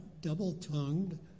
double-tongued